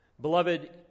Beloved